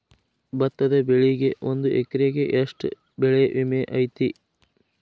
ಭತ್ತದ ಬೆಳಿಗೆ ಒಂದು ಎಕರೆಗೆ ಎಷ್ಟ ಬೆಳೆ ವಿಮೆ ಐತಿ?